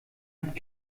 hat